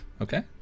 Okay